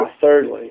thirdly